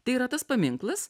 tai yra tas paminklas